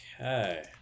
Okay